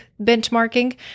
benchmarking